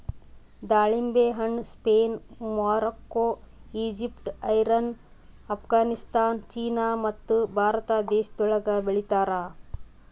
ದಾಳಿಂಬೆ ಹಣ್ಣ Spain, Morocco, Egypt, Iran, Afghanistan, China ಮತ್ತ ಭಾರತ ದೇಶಗೊಳ್ದಾಗ್ ಬೆಳಿತಾರ್